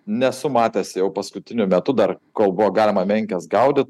nesu matęs jau paskutiniu metu dar kol buvo galima menkes gaudyt